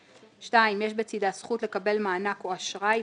(2) יש בצידה זכות לקבל מענק או אשראי,